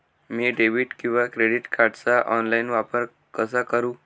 मी debit किंवा credit कार्डचा online वापर कसा करु?